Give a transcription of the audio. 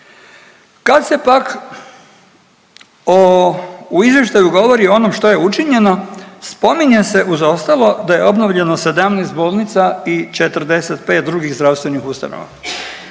Kad se pak o u izvještaju govori o onom što je učinjeno, spominje se uz ostalo da je obnovljeno 17 bolnica i 45 drugih zdravstvenih ustanova.